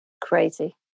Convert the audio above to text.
Crazy